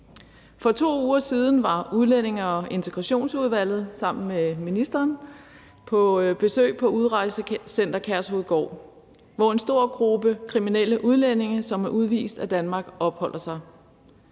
For 2 uger siden var Udlændinge- og Integrationsudvalget sammen med ministeren på besøg på Udrejsecenter Kærshovedgård, hvor en stor gruppe kriminelle udlændinge, som er udvist af Danmark, opholder sig.